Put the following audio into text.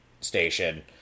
station